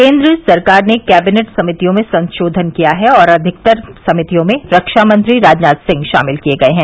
केन्द्र सरकार ने कैबिनेट समितियों में संशोधन किया है और अधिकतर समितियों में रक्षा मंत्री राजनाथ सिंह शामिल किए गये हैं